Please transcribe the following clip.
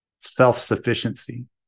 self-sufficiency